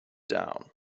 down